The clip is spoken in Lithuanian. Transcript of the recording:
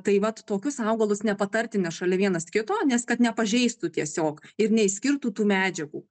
tai vat tokius augalus nepatartina šalia vienas kito nes kad nepažeistų tiesiog ir neišskirtų tų medžiagų